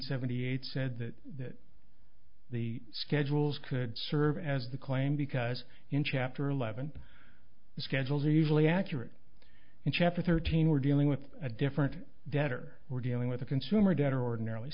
seventy eight said that the schedules could serve as the claim because in chapter eleven the schedules are usually accurate in chapter thirteen we're dealing with a different debtor we're dealing with a consumer debt ordinarily